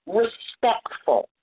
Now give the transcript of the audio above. respectful